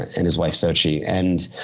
and his wife, sochee and